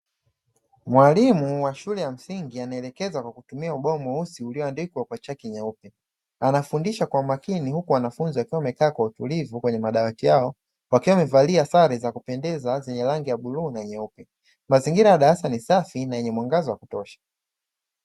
Mwalimu wa shule ya msingi anaelekeza kwa kutumia ubao mweusi ulioandikwa kwa chaki nyeupe. Anafundisha kwa umakini huku wanafunzi wakiwa wamekaa kwa utulivu kwenye madawati yao, wakiwa wamevalia sare za kupendeza zenye rangi ya bluu na nyeupe. Mazingira ya darasa ni safi na yenye muangaza wa kutosha.